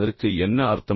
அதற்கு என்ன அர்த்தம்